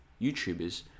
YouTubers